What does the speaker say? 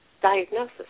Diagnosis